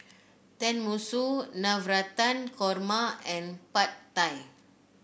Tenmusu Navratan Korma and Pad Thai